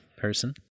person